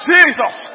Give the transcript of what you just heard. Jesus